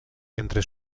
entre